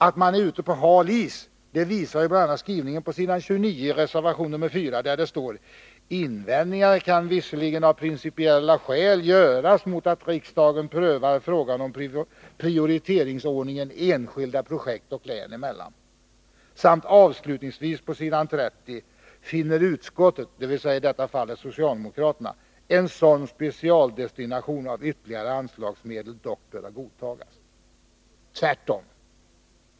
Att man är ute på hal is, visar bl.a. skrivningen i reservation 4 på s. 29, där det står: ”Invändningar kan visserligen av principiella skäl göras mot att riksdagen prövar frågan om prioriteringsordningen enskilda objekt och län emellan.” På s. 30 i reservationen heter det: ”——— finner utskottet” — dvs. socialdemokraterna — ”en sådan specialdestination av ytterligare anslagsmedel dock böra godtas.” Tvärtom!